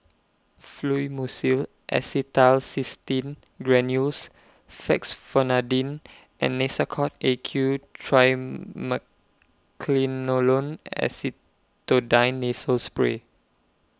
Fluimucil Acetylcysteine Granules Fexofenadine and Nasacort A Q Acetonide Nasal Spray